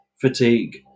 fatigue